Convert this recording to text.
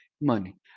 money